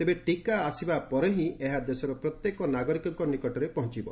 ତେବେ ଟୀକା ଆସିବା ପରେ ହିଁ ଏହା ଦେଶର ପ୍ରତ୍ୟେକ ନାଗରିକଙ୍କ ନିକଟରେ ପହଞ୍ଚବ